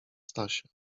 stasia